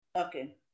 Okay